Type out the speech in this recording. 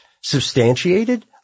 substantiated